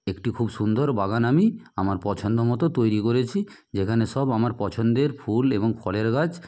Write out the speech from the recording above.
একটি খুব সুন্দর বাগান আমি আমার পছন্দমতো তৈরী করেছি যেখানে সব আমার পছন্দের ফুল এবং ফলের গাছ